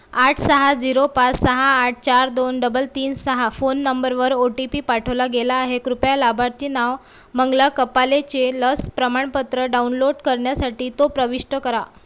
आठ सहा झीरो पास सहा आठ चार दोन डबल तीन सहा फोन नंबरवर ओ टी पी पाठवला गेला आहे कृपया लाभार्थी नाव मंगला कपालेचे लस प्रमाणपत्र डाउनलोड करण्यासाठी तो प्रविष्ट करा